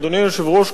אדוני היושב-ראש,